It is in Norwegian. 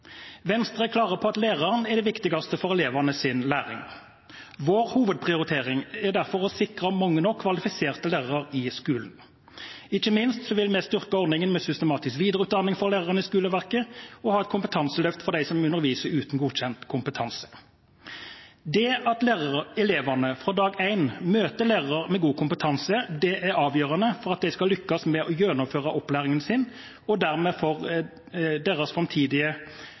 Venstre er klare på at læreren er det viktigste for elevenes læring. Vår hovedprioritering er derfor å sikre mange nok kvalifiserte lærere i skolen. Ikke minst vil vi styrke ordningen med systematisk videreutdanning for lærerne i skoleverket og ha et kompetanseløft for dem som underviser uten godkjent kompetanse. Det at elevene fra dag én møter lærere med god kompetanse er avgjørende for at de skal lykkes med å gjennomføre opplæringen sin og dermed for deres framtidige